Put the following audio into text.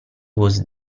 was